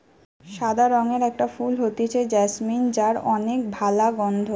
সাদা রঙের একটা ফুল হতিছে জেসমিন যার অনেক ভালা গন্ধ